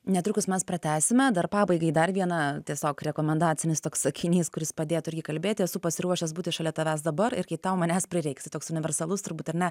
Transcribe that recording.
netrukus mes pratęsime dar pabaigai dar viena tiesiog rekomendacinis toks sakinys kuris padėtų irgi kalbėti esu pasiruošęs būti šalia tavęs dabar ir kai tau manęs prireiks tai toks universalus turbūt ar ne